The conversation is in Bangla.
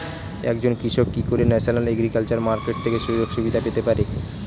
একজন কৃষক কি করে ন্যাশনাল এগ্রিকালচার মার্কেট থেকে সুযোগ সুবিধা পেতে পারে?